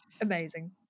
amazing